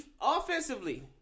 Offensively